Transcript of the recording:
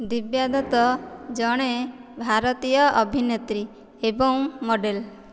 ଦିବ୍ୟା ଦତ୍ତ ଜଣେ ଭାରତୀୟ ଅଭିନେତ୍ରୀ ଏବଂ ମଡେଲ୍